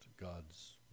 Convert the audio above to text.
God's